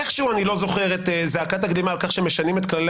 איכשהו אני לא זוכר את זעקת הגלימה על כך שמשנים את כללי